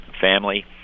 family